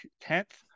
tenth